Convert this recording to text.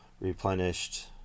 replenished